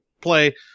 play